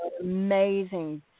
Amazing